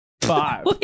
Five